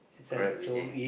correct Vijay